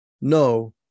no